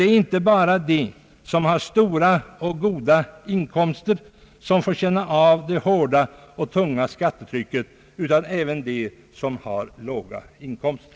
Det är inte bara de som har stora och goda inkomster, som får känna av det hårda och tunga skattetrycket, utan även de som har låga inkomster.